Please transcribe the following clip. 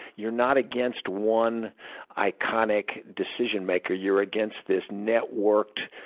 you're not against one iconic decision-maker. you're against this networked